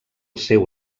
seu